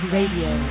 Radio